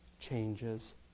changes